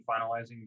finalizing